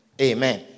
Amen